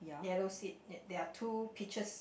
yellow seat there there are two pictures